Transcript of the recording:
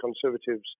Conservatives